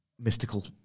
Mystical